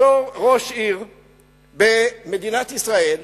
בתור ראש עיר במדינת ישראל,